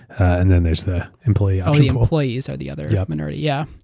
and then there's the employee. um the employees or the other yeah minority. yeah